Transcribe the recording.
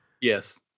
Yes